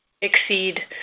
exceed